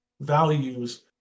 values